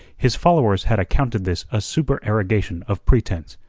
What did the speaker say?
his followers had accounted this a supererogation of pretence.